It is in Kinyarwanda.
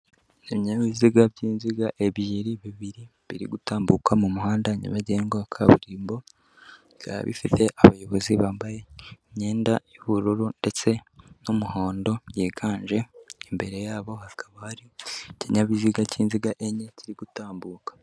Ibinyabiziga by'inziga ebyiri bibiri biri gutambuka mu muhanda nyabagendwa wa kaburimbo, bifite abayobozi bambaye imyenda y'ubururu ndetse n'umuhondo byiganje, imbere yabo hakaba hari ikinyabiziga cy'inziga enye kirigutambuka.